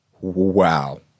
Wow